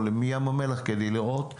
או מים המלח כדי לראות.